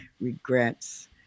regrets